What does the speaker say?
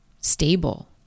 stable